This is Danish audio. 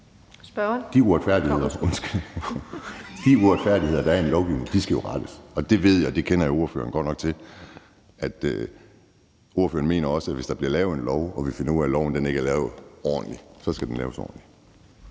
De uretfærdigheder, der er i en lovgivning, skal jo rettes, og der ved jeg, for det kender jeg ordføreren godt nok til, at ordføreren også mener, at hvis der bliver lavet en lov og vi finder ud af, at loven ikke er lavet ordentligt, så skal den laves ordentligt.